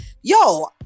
yo